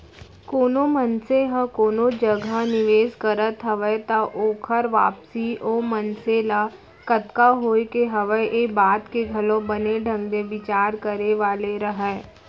कोनो मनसे ह कोनो जगह निवेस करत हवय त ओकर वापसी ओ मनसे ल कतका होय के हवय ये बात के घलौ बने ढंग ले बिचार करे वाले हरय